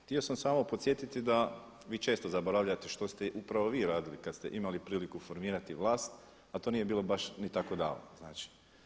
Htio sam samo podsjetiti da vi često zaboravljate što ste upravo vi radili kada ste imali priliku formirati vlast a to nije bilo baš ni tako davno, znači.